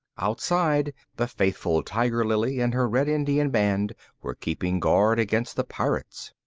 outside, the faithful tiger lily and her red indian band were keeping guard against the pirates.